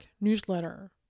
newsletter